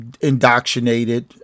indoctrinated